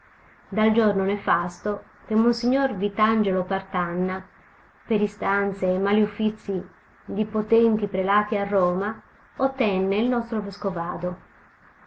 dal giorno nefasto che monsignor vitangelo partanna per istanze e mali uffizii di potenti prelati a roma ottenne il nostro vescovado